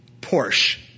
Porsche